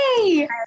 Hey